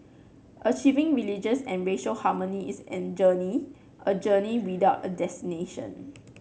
achieving religious and racial harmony is an journey a journey without a destination